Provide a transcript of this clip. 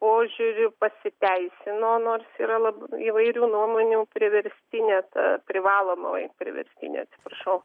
požiūriu pasiteisino nors yra labai įvairių nuomonių priverstinė ta privalomoji priverstinė atsiprašau